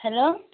hello